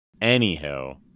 Anyhow